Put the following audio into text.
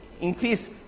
increase